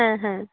হ্যাঁ হ্যাঁ